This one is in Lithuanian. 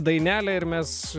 dainelė ir mes